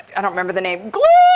i don't remember the name, glenn